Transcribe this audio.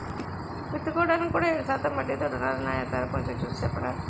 విత్తుకోడానికి కూడా ఏడు శాతం వడ్డీతో రుణాలున్నాయా సారూ కొంచె చూసి సెప్పరా